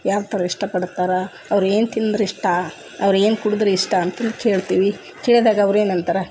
ಯಾವಥರ ಇಷ್ಟ ಪಡ್ತರೆ ಅವ್ರು ಏನು ತಿಂದ್ರು ಇಷ್ಟ ಅವ್ರು ಏನು ಕುಡಿದ್ರು ಇಷ್ಟ ಅಂತಾನೆ ಕೇಳ್ತೀವಿ ಕೇಳ್ದಾಗ ಅವ್ರು ಏನು ಅಂತಾರೆ